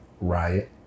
riot